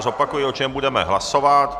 Zopakuji, o čem budeme hlasovat.